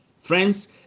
Friends